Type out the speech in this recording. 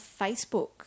Facebook